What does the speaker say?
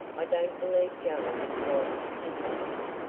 i don't believe jones was dishonest.